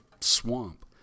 swamp